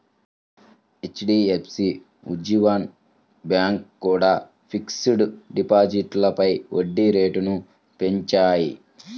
HDFC, Ujjivan bank కూడా fixed డిపాజిట్లపై వడ్డీ రేట్లను పెంచాయి